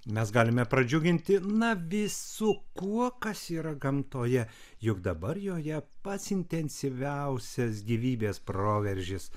mes galime pradžiuginti na visu kuo kas yra gamtoje juk dabar joje pats intensyviausias gyvybės proveržis